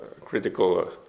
critical